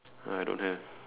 I don't have